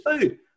food